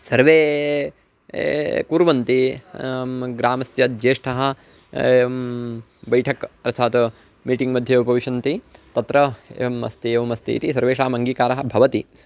सर्वे कुर्वन्ति ग्रामस्य ज्येष्ठाः एवं बैठक् अर्थात् मीटिङ्ग्मध्ये उपविशन्ति तत्र एवम् अस्ति एवमस्तीति सर्वेषामङ्गीकारः भवति